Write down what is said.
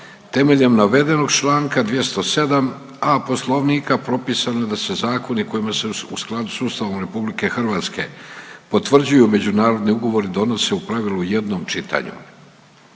Temeljem navedenog Članka 207a. Poslovnika propisano je da se zakoni kojima se u skladu s Ustavom RH potvrđuju međunarodni ugovori donose u pravilu u jednom čitanju.